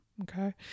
okay